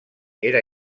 era